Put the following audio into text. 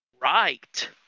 right